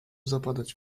zapadać